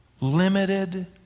limited